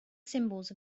symbols